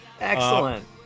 Excellent